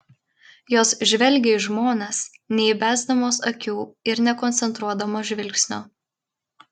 jos žvelgia į žmones neįbesdamos akių ir nekoncentruodamos žvilgsnio